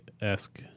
esque